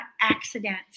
accidents